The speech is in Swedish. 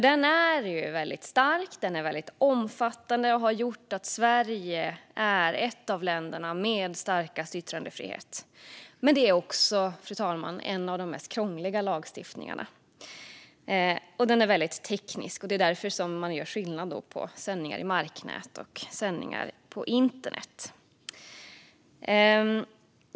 Den är stark och omfattande och har gjort att Sverige är ett av länderna med starkast yttrandefrihet, men den är också en av de mest krångliga lagstiftningarna. Vidare är lagen teknisk, och det är därför man gör skillnad på sändningar i marknät och sändningar på internet.